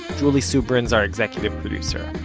julie subrin's our executive producer.